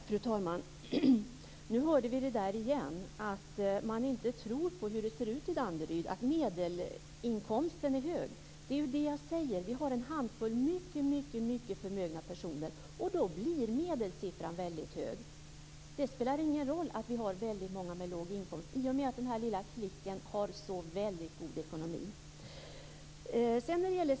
Fru talman! Nu hörde vi det där igen att man inte tror på hur det ser ut i Danderyd. Medelinkomsten är hög, det är ju det jag säger: Vi har en handfull mycket förmögna personer och då blir medelsiffran väldigt hög. Det spelar ingen roll att vi har väldigt många med låg inkomst i och med att den här lilla klicken har så god ekonomi.